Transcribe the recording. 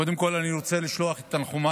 קודם כול אני רוצה לשלוח את תנחומיי